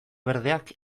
berdeak